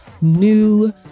new